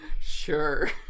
Sure